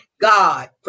God